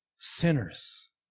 sinners